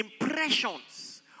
impressions